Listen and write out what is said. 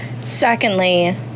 Secondly